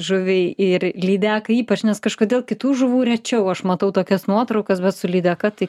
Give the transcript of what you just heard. žuviai ir lydekai ypač nes kažkodėl kitų žuvų rečiau aš matau tokias nuotraukas bet su lydeka tai